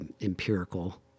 empirical